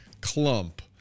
clump